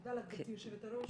תודה לך גברתי יושבת הראש.